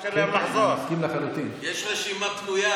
לחצים של מועצת גדולי התורה,